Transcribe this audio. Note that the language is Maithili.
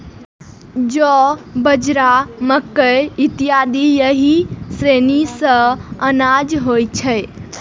जौ, बाजरा, मकइ इत्यादि एहि श्रेणी के अनाज होइ छै